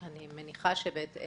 אני מניחה שבהתאם